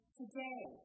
today